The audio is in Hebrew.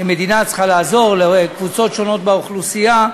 מדינה צריכה לעזור לקבוצות שונות באוכלוסייה,